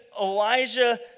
Elijah